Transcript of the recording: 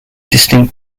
distinct